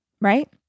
right